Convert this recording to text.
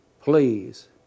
please